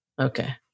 Okay